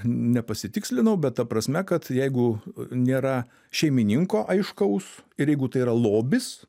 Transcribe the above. nepasitikslinau bet ta prasme kad jeigu nėra šeimininko aiškaus ir jeigu tai yra lobis